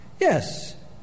Yes